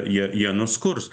jie jie nuskurs